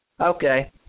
Okay